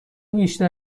بیشتر